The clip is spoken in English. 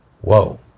whoa